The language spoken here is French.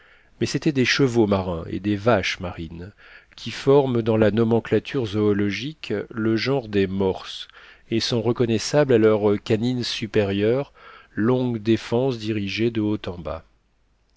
mais c'étaient des chevaux marins et des vaches marines qui forment dans la nomenclature zoologique le genre des morses et sont reconnaissables à leurs canines supérieures longues défenses dirigées de haut en bas